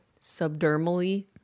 Subdermally